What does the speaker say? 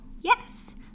Yes